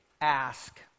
ask